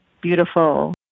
beautiful